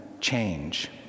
change